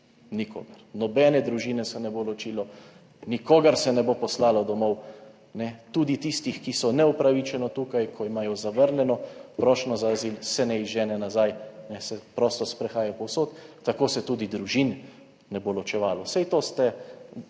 nikogar. Nobene družine se ne bo ločilo, nikogar se ne bo poslalo domov, tudi tistih, ki so neupravičeno tukaj, ki imajo zavrnjeno prošnjo za azil, se ne izžene nazaj, se prosto sprehajajo povsod. Tako se tudi družin ne bo ločevalo. Saj to ste